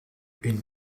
une